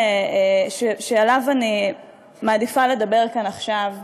ועליו אני מעדיפה לדבר כאן עכשיו,